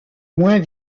moins